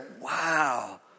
wow